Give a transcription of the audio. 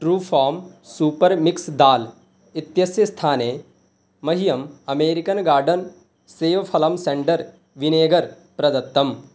true farm super mix dal इत्यस्य स्थाने मह्यम् अमेरिकन् गार्डन् सेवफलम् सेण्डर् विनेगर् प्रदत्तम्